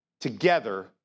together